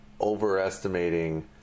overestimating